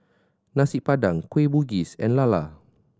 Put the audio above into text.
Nasi Padang Kueh Bugis and lala